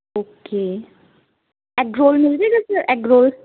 okay egg roll ਮਿਲ ਜੇਗਾ sir egg role